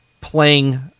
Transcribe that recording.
playing